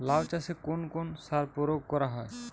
লাউ চাষে কোন কোন সার প্রয়োগ করা হয়?